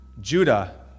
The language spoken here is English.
Judah